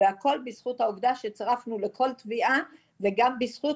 והכל בזכות העובדה שצירפנו לכל תביעה וגם בזכות